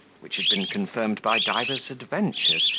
which had been confirmed by divers adventures,